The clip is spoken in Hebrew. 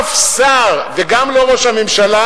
אף שר וגם לא ראש הממשלה,